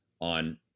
on